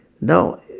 no